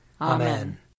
Amen